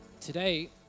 Today